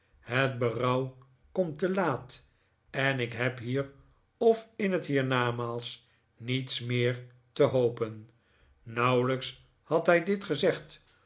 het berouw komt te laat en ik heb hier of in het hiernamaals niets meer te hopen nauwelijks had hij dit gezegd